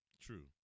True